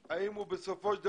משהו פה הזוי.